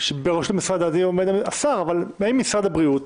שבראשו עומד השר, אבל האם משרד הבריאות